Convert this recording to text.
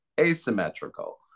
asymmetrical